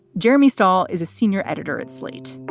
jeremy stal is a senior editor at slate.